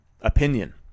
opinion